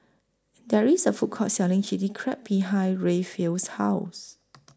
There IS A Food Court Selling Chili Crab behind Rayfield's House